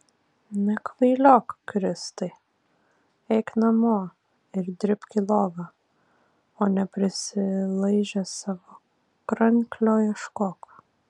nekvailiok kristai eik namo ir dribk į lovą o ne prisilaižęs savo kranklio ieškok